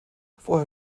vorher